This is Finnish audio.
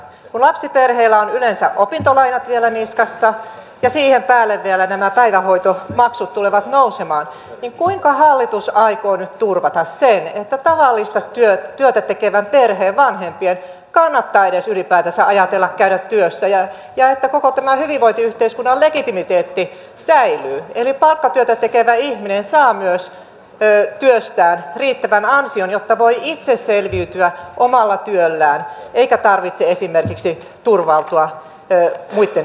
kun lapsiperheillä on yleensä opintolainat vielä niskassa ja siihen päälle vielä nämä päivähoitomaksut tulevat nousemaan niin kuinka hallitus aikoo nyt turvata sen että tavallista työtä tekevän perheen vanhempien kannattaa edes ylipäätänsä ajatella käydä työssä ja että koko tämä hyvinvointiyhteiskunnan legitimiteetti säilyy eli palkkatyötä tekevä ihminen saa myös työstään riittävän ansion jotta voi itse selviytyä omalla työllään eikä tarvitse esimerkiksi turvautua muitten apuun